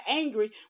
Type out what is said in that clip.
angry